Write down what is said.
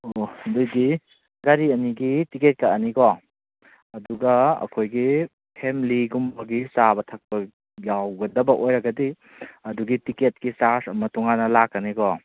ꯑꯣ ꯑꯗꯨ ꯑꯣꯏꯗꯤ ꯒꯥꯔꯤ ꯑꯅꯤꯒꯤ ꯇꯤꯛꯀꯦꯠ ꯀꯛꯑꯅꯤꯀꯣ ꯑꯗꯨꯒ ꯑꯩꯈꯣꯏꯒꯤ ꯐꯦꯃꯤꯂꯤꯒꯨꯝꯕꯒꯤ ꯆꯥꯕ ꯊꯛꯄ ꯌꯥꯎꯒꯗꯕ ꯑꯣꯏꯔꯒꯗꯤ ꯑꯗꯨꯒꯤ ꯇꯤꯛꯀꯦꯠꯀꯤ ꯆꯥꯔꯖ ꯑꯃ ꯇꯣꯉꯥꯟꯅ ꯂꯥꯛꯀꯅꯤꯀꯣ